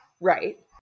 Right